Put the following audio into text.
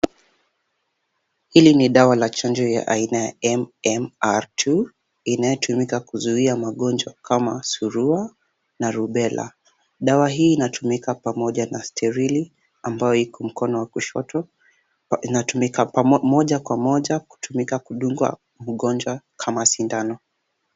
Hili ni dawa la chanjo ya aina ya MMR-2 inayotumika kuzuia magonjwa kama surua na rubella. Dawa hii inatumika pamoja na sterile ambayo iko mkono wa kushoto, inatumika moja kwa moja kutumika kudungwa mgonjwa kama sindano.